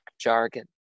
jargon